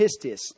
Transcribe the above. pistis